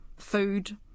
food